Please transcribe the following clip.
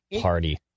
Party